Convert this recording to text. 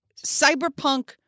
cyberpunk